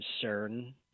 concern